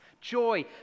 joy